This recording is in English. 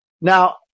Now